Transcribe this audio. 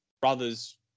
brothers